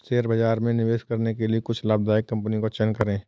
share बाजार में निवेश करने के लिए कुछ लाभदायक कंपनियों का चयन करें